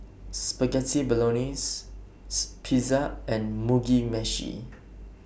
Spaghetti Bolognese Pizza and Mugi Meshi